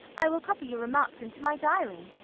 i will copy your remarks into my diary.